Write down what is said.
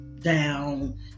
down